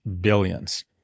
billions